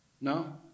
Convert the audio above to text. No